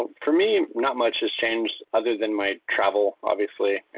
ah for me, not much has changed other than my travel, obviously.